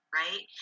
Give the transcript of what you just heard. right